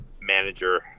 manager